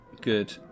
Good